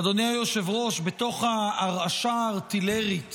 אדוני היושב-ראש, בתוך ההרעשה הארטילרית